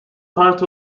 part